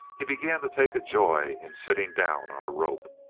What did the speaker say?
he began to take a joy in sitting down on a rope.